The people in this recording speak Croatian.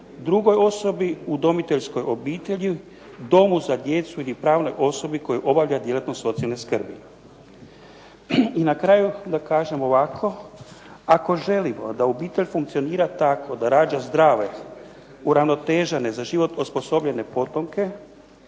drugoj osobi, udomiteljskoj obitelji, domu za djecu ili pravnoj osobi koji obavlja djelatnost socijalne skrbi. I na kraju da kažem ovako. Ako želimo da obitelj funkcionira tako da rađa zdrave, uravnotežene, za život osposobljene potomke